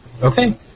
Okay